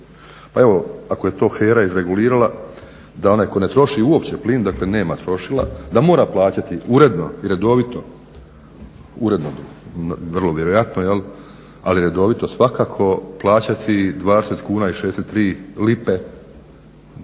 Pa evo, ako je to HERA izregulirala da onaj tko ne troši uopće plin, dakle nema trošila da mora plaćati uredno i redovito, uredno vrlo vjerojatno, jel' ali redovito svakako plaćati 20 kuna i 63 lipe